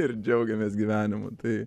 ir džiaugėmės gyvenimu tai